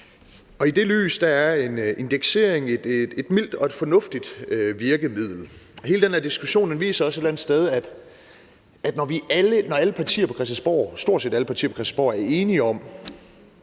Og i det lys er en indeksering et mildt og et fornuftigt virkemiddel. Hele den her diskussion viser også et eller andet sted, at når stort set alle partier på Christiansborg er enige om,